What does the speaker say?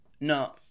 No